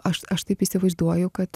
aš aš taip įsivaizduoju kad